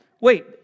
Wait